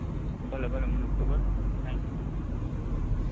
ભલે ભલે thank you